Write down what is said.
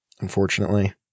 unfortunately